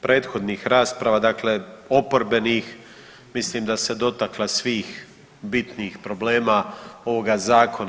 prethodnih rasprava dakle oporbenih mislim da se dotakla svih bitnih problema ovoga zakona.